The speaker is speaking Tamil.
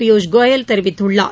பியுஷ் கோயல் தெரிவித்துள்ளார்